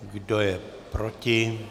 Kdo je proti?